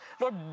Lord